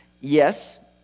yes